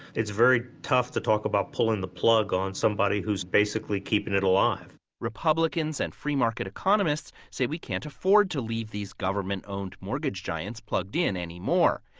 it's very tough to talk about pulling the plug on somebody who's basically keeping it alive republicans and free-market economists say we can't afford to leave these government-owned mortgage giants plugged in anymore.